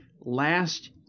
last